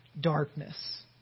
darkness